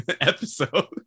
episode